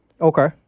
Okay